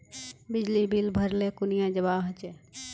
बिजली बिल भरले कुनियाँ जवा होचे?